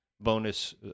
bonus